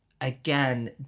again